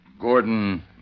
Gordon